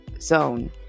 zone